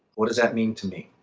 what does that mean to me?